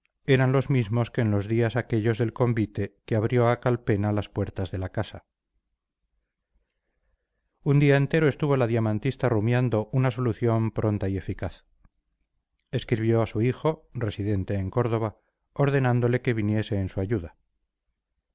eran los mismos que en los días aquellos del convite que abrió a calpena las puertas de la casa un día entero estuvo la diamantista rumiando una solución pronta y eficaz escribió a su hijo residente en córdoba ordenándole que viniese en su ayuda